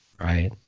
right